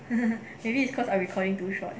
maybe because our recording too short